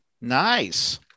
nice